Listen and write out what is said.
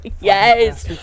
yes